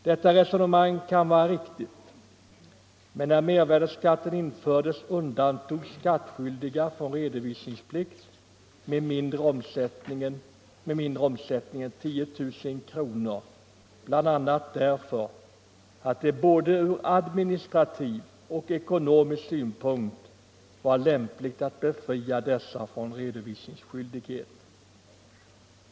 Detta resonemang kan vara riktigt, men när mervärdeskatten infördes undantogs skattskyldiga med mindre omsättning än 10 000 kronor från redovisningsplikt, bl.a. därför att det både ur administrativ och ekonomisk synpunkt var lämpligt att befria dessa från redovisningsskyldighet.